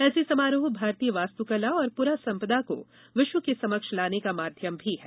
ऐसे समारोह भारतीय वास्तुकला और पुरा सम्पदा को विश्व के समक्ष लाने का माध्यम भी हैं